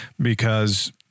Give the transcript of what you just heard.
because-